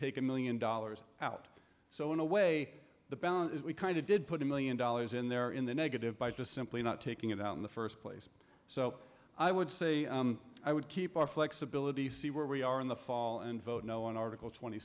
take a million dollars out so in a way the balance is we kind of did put a million dollars in there in the negative by just simply not taking it out in the first place so i would say i would keep our flexibility see where we are in the fall and vote no on article twenty